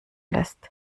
lässt